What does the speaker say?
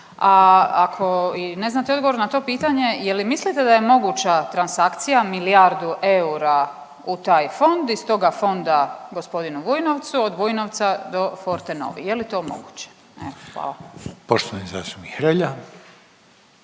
A ako i ne znate odgovor na to pitanje, je li mislite da je moguća transakcija milijardu eura u taj fond, iz toga fonda g. Vujnovcu, od Vujnovca do Forte nove, je li to moguće? Evo hvala.